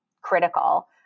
critical